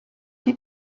die